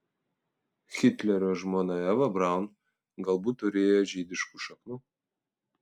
hitlerio žmona eva braun galbūt turėjo žydiškų šaknų